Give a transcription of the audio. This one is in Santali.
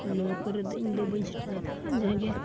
ᱱᱚᱣᱟ ᱠᱚᱨᱮᱫᱚ ᱤᱧᱫᱚ ᱵᱟᱹᱧ ᱥᱮᱴᱮᱨ ᱟᱠᱟᱱᱟ ᱡᱟᱦᱟᱸᱜᱮ